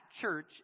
church